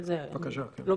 זה לא מצדיק.